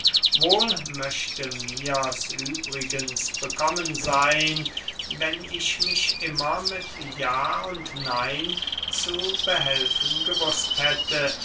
wohl möchte mirs übrigens bekommen seyn wenn ich mich immer mit ja und nein zu behelfen gewußt hätte